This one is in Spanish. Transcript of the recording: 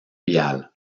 vial